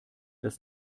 das